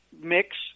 mix